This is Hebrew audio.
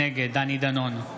נגד דני דנון,